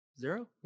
zero